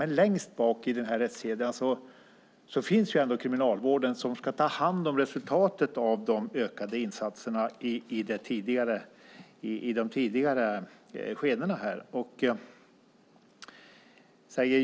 Men längst bak i rättskedjan finns ändå Kriminalvården, som ska ta hand om resultatet av de ökade insatserna i de tidigare skedena.